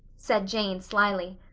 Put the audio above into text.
said jane slyly.